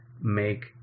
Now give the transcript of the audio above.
make